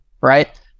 Right